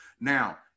Now